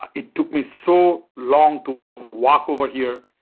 it took me so long to walk over here.